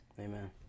Amen